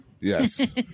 Yes